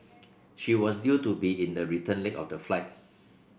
she was due to be in the return leg of the flight